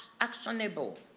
actionable